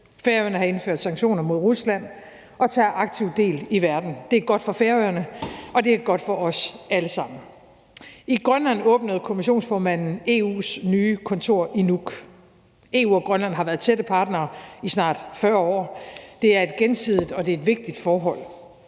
Færøerne har indført sanktiner mod Rusland og tager aktiv del i verden. Det er godt for Færøerne, og det er godt for os alle sammen. I Grønland åbnede kommissionsformanden EU’s nye kontor i Nuuk. EU og Grønland har været tætte partnere i snart 40 år, og det er et gensidigt og vigtigt forhold.